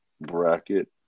bracket